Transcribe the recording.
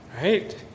right